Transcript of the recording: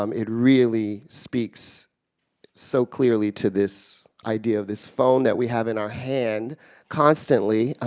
um it really speaks so clearly to this idea, this phone that we have in our hand constantly.